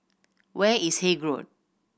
where is Haig Road